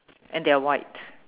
and they're white